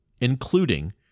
including